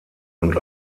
und